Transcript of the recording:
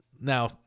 Now